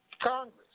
Congress